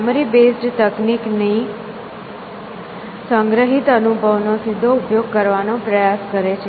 memory based તકનીક સંગ્રહિત અનુભવ નો સીધો ઉપયોગ કરવાનો પ્રયાસ કરે છે